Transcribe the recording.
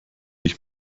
ich